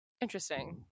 Interesting